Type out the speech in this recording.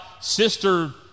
Sister